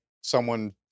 someone-